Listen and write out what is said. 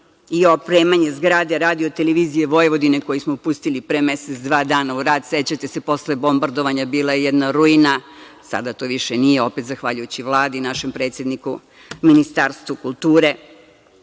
i opremanje zgrade RTV-a koji smo pustili pre mesec, dva dana u rad. Sećate se, posle bombardovanja bila je jedna ruina, sada to više nije, opet zahvaljujući Vladi i našem predsedniku, Ministarstvu kulture,